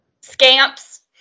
Scamps